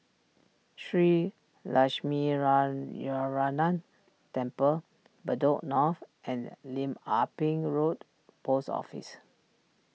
Shree lash me run your run nan Temple Bedok North and Lim Ah Pin Road Post Office